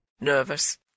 nervous